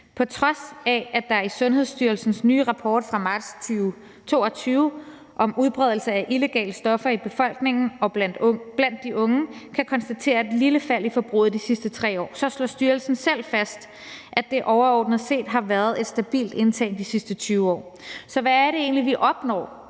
På trods af at der i Sundhedsstyrelsens nye rapport fra marts 2022 om udbredelse af illegale stoffer i befolkningen og blandt de unge kan konstateres et lille fald i forbruget i de sidste 3 år, slår styrelsen selv fast, at der overordnet set har været et stabilt indtag i de sidste 20 år. Så hvad er det egentlig, vi opnår